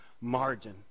margin